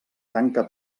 tanca